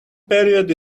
period